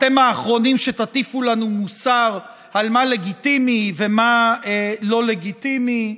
אתם האחרונים שתטיפו לנו מוסר על מה לגיטימי ומה לא לגיטימי,